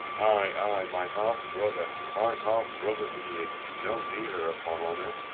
ay, my half-brother. my half-brother he is, no nearer, upon honour.